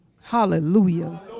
Hallelujah